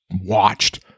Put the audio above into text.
watched